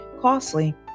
costly